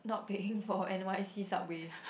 not paying for N_Y_C subway